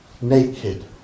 naked